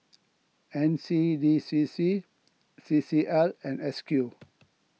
N C D C C C C L and S Q